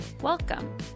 welcome